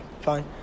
fine